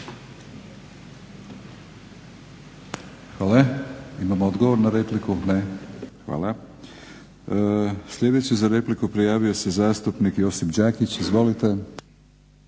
Hvala. Imamo odgovor na repliku? Ne. Hvala. Sljedeći za repliku prijavio se zastupnik Josip Đakić. Izvolite.